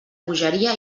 bogeria